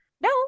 no